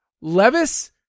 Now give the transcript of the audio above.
Levis